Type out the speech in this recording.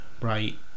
right